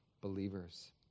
believers